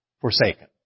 forsaken